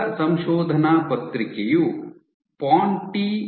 ಮೊದಲ ಸಂಶೋಧನಾ ಪತ್ರಿಕೆಯು ಪೊಂಟಿ Ponti et al